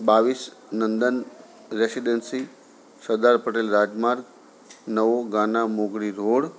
બાવીસ નંદન રેસીડન્સી સરદાર પટેલ રાજમાર્ગ નવો ગાના ચોકડી રોડ